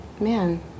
man